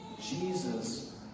Jesus